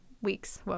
Weeks